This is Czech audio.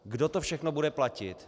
Kdo to všechno bude platit?